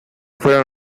fuera